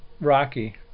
Rocky